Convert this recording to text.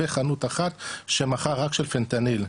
בחנות אחת שמכר רק של פנטניל,